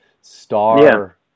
star